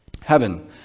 heaven